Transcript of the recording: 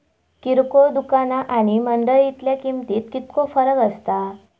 किरकोळ दुकाना आणि मंडळीतल्या किमतीत कितको फरक असता?